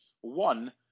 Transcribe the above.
One